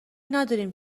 نداریم